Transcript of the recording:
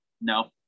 No